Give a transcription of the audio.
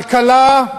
כלכלה,